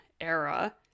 era